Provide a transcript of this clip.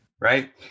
right